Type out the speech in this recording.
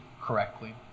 correctly